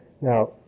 now